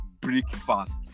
breakfast